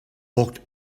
walked